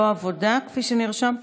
לא העבודה, כפי שנרשם פה?